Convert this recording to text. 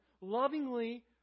lovingly